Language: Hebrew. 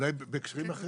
אולי בהקשרים אחרים,